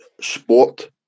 sport